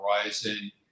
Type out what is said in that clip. horizon